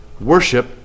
Worship